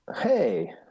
Hey